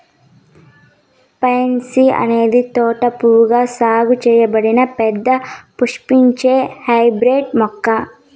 pansy అనేది తోట పువ్వుగా సాగు చేయబడిన పెద్ద పుష్పించే హైబ్రిడ్ మొక్క